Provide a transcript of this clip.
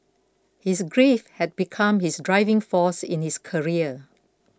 his grief had become his driving force in his career